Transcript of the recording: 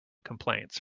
complaints